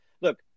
look